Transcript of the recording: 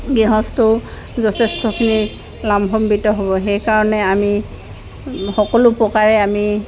গৃহস্থও যথেষ্টখিনি লাভম্বিত হ'ব সেইকাৰণে আমি সকলো প্ৰকাৰে আমি